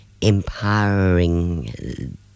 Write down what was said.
empowering